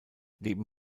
neben